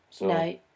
No